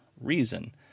reason